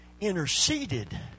interceded